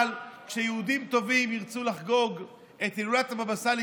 אבל כשיהודים טובים ירצו לחגוג את הילולת הבבא סאלי,